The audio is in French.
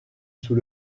sous